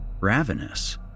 ravenous